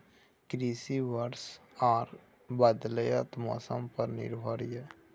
कृषि वर्षा आर बदलयत मौसम पर निर्भर हय